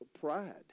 pride